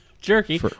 Jerky